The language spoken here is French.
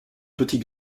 petit